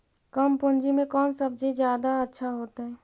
कम पूंजी में कौन सब्ज़ी जादा अच्छा होतई?